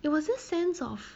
it was this sense of